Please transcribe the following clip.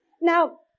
Now